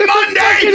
Monday